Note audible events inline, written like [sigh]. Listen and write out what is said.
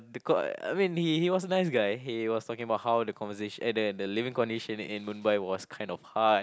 the [noise] I mean he he was a nice guy he was talking about how the conversation eh the the living condition in Mumbai was kind of hard